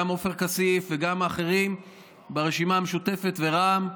גם עופר כסיף ואחרים ברשימה המשותפת ורע"מ,